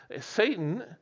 Satan